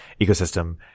ecosystem